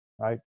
right